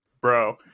bro